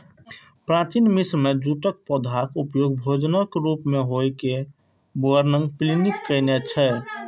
प्राचीन मिस्र मे जूटक पौधाक उपयोग भोजनक रूप मे होइ के वर्णन प्लिनी कयने छै